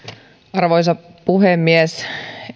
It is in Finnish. arvoisa puhemies